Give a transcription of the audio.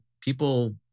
people